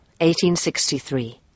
1863